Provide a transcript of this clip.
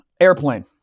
airplane